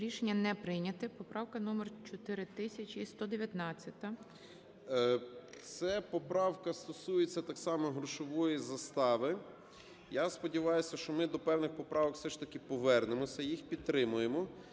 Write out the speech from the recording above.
Рішення не прийнято. Поправка номер 4119. 17:29:40 СИДОРОВИЧ Р.М. Це поправка стосується так само грошової застави. Я сподіваюся, що ми до певних поправок, все ж таки, повернемося, їх підтримаємо.